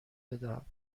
بدم